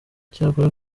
icyakora